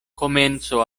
komenco